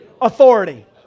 authority